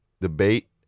debate